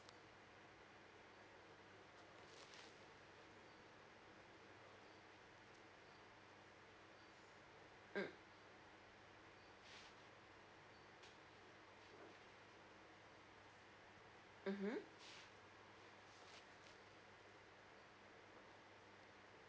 mm mmhmm